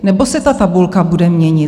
Nebo se ta tabulka bude měnit?